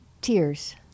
Tears